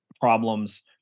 problems